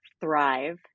Thrive